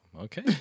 okay